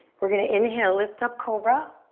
we're gonna inhale, lift up cobra.